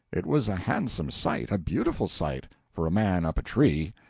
it was a handsome sight, a beautiful sight for a man up a tree.